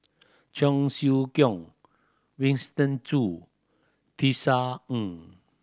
Cheong Siew Keong Winston Choo Tisa Ng